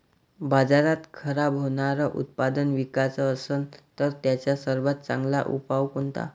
बाजारात खराब होनारं उत्पादन विकाच असन तर त्याचा सर्वात चांगला उपाव कोनता?